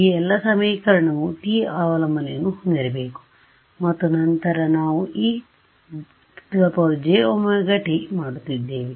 ಈ ಎಲ್ಲಾ ಸಮೀಕರಣವು t ಅವಲಂಬನೆಯನ್ನು ಹೊಂದಿರಬೇಕು ಮತ್ತು ನಂತರ ನಾವು ejωt ಮಾಡುತ್ತಿದ್ದೇವೆ